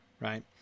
right